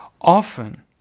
often